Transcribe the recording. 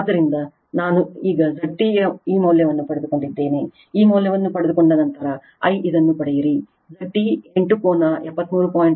ಆದ್ದರಿಂದ ನಾನು ಈಗ Z T ಈ ಮೌಲ್ಯವನ್ನು ಪಡೆದುಕೊಂಡಿದ್ದೇನೆ ಈ ಮೌಲ್ಯವನ್ನು ಪಡೆದುಕೊಂಡ ನಂತರ I ಇದನ್ನು ಪಡೆಯಿರಿ Z T 8 ಕೋನ 73